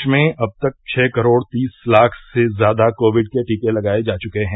देश में अब तक छ करोड तीस लाख से ज्यादा कोविड के टीके लगाये जा चुके हैं